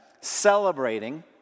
celebrating